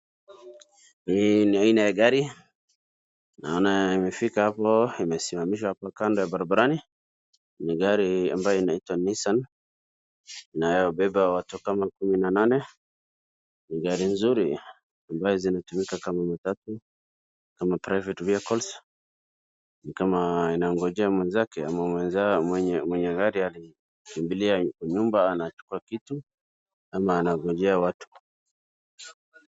Hii ni aina ya gari naona imefika hapo imesimamishwa hapo kando ya barabarani. Ni gari ambalo inaitwa Nissan inayobeba watu kumi na nane. Ni gari nzuri ambazo zinatumika kama matatu kama private vehicle ni kama inaogojea mwezake ama zao mwenye gari anakibilia nyumba anachukua kitu ama anakujia watu.